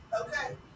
Okay